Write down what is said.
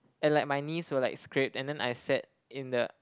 and like my knees were like scrapped and then I sat in the